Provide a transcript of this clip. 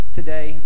today